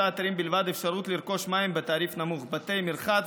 אפשרות לרכוש מים בתעריף נמוך: בתי מרחץ,